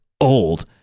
old